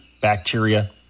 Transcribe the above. bacteria